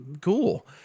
cool